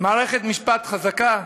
מערכת משפט חזקה.